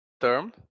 term